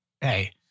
hey